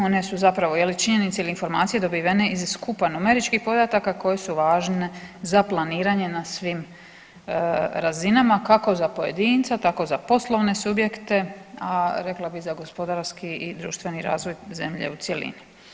One su zapravo je li činjenice ili informacije dobivene iz skupa numeričkih podataka koje su važne za planiranje na svim razinama kako za pojedinca, tako za poslovne subjekte, a rekla bi i za gospodarski i društveni razvoj zemlje u cjelini.